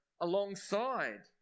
alongside